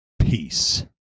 peace